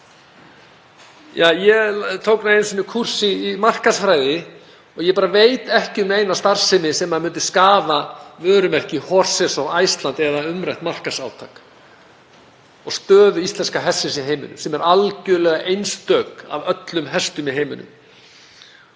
Ég tók einu sinni kúrs í markaðsfræði og ég veit ekki um neina starfsemi sem myndi skaða meira vörumerkið Horses of Iceland eða umrætt markaðsátak og stöðu íslenska hestsins í heiminum, sem er algjörlega einstök af öllum hestum í heiminum.